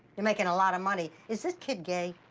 you're making a lot of money. is this kid gay?